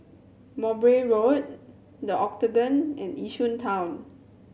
Mowbray Road The Octagon and Yishun Town